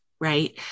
right